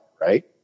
right